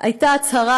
הייתה הצהרה